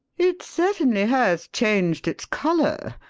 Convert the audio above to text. it certainly has changed its colour.